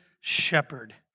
shepherd